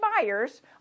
buyers